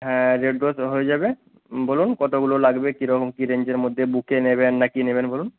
হ্যাঁ red rose হয়ে যাবে বলুন কতগুলো লাগবে কী রকম কী রেঞ্জের মধ্যে বুকে নেবেন না কী নেবেন বলুন